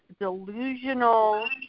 delusional